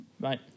Right